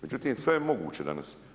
Međutim, sve je moguće danas.